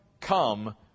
Come